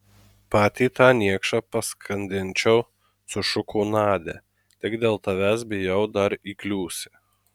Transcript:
pati tą niekšą paskandinčiau sušuko nadia tik dėl tavęs bijau dar įkliūsi